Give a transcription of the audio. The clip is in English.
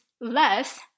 less